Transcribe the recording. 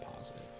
positive